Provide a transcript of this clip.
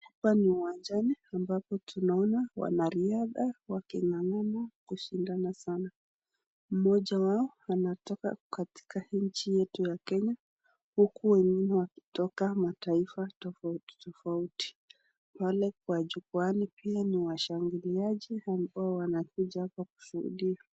Hapa ni uwanjani ambapo tunaona wanariadha wakingangana kushindana sana, mmoja wao anatoka katika hii nchi yetu ya Kenya huku wengine wakitoka mataifa tofauti tofauti, wale kwa jukuani pia ni washangiliaji ambao wamekuja hapa kushuhudia.